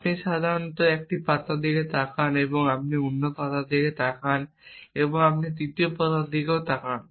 আপনি সাধারণত একটি পাতার দিকে তাকান আপনি অন্য পাতার দিকে তাকান এবং আপনি তৃতীয় পাতার দিকে তাকান